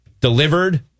delivered